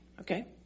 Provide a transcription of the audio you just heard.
Okay